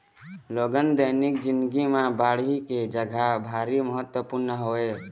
लोगन के दैनिक जिनगी म बाड़ी के जघा ह भारी महत्वपूर्न हवय